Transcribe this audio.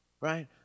right